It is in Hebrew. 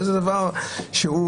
וזה דבר מקומם,